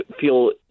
feel